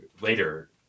later